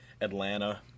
Atlanta